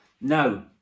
No